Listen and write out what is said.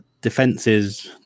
defenses